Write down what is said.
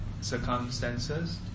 circumstances